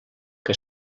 que